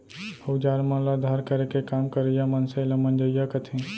अउजार मन ल धार करे के काम करइया मनसे ल मंजइया कथें